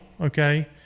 okay